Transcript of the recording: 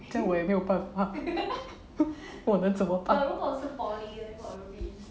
这样我也没有办法我能怎么办